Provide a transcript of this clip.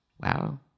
wow